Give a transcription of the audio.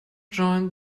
joined